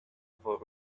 avoid